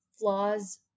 flaws